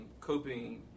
coping